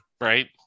Right